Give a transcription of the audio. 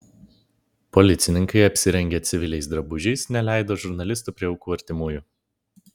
policininkai apsirengę civiliais drabužiais neleido žurnalistų prie aukų artimųjų